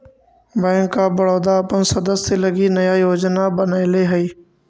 bank of Baroda अपन सदस्य लगी नया योजना बनैले हइ